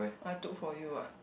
I took for you what